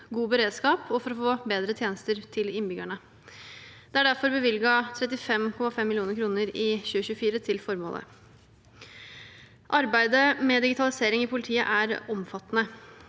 god beredskap og for å få bedre tjenester til innbyggerne. Det er derfor bevilget 35,5 mill. kr i 2024 til formålet. Arbeidet med digitalisering i politiet er omfattende.